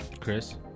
Chris